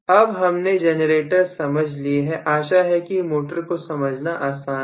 अब हमने जनरेटर समझ लिए हैं आशा है कि मोटर को समझना आसान हो